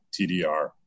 TDR